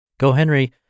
GoHenry